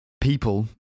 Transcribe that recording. people